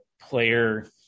player